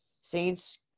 Saints